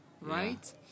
right